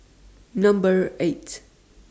Number eight